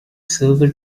silver